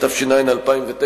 התש"ע 2009,